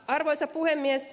arvoisa puhemies